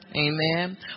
Amen